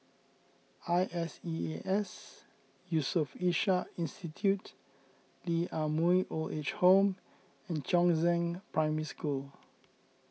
I S E A S Yusof Ishak Institute Lee Ah Mooi Old Age Home and Chongzheng Primary School